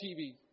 TV